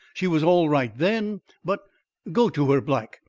she was all right then, but go to her, black.